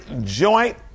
joint